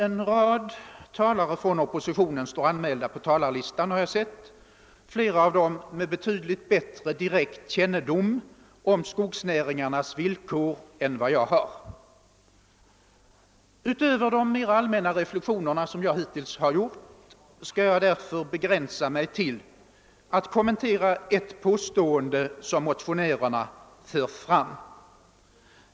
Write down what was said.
En rad talare från oppositionen står anmälda på talarlistan, har jag sett, flera av dem med betydligt bättre direkt kännedom om skogsnäringarnas villkor än jag har. Utöver de mera allmänna reflexioner jag hittills har gjort skall jag därför begränsa mig till att kommentera ett påstående som motionärerna för fram.